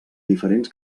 diferents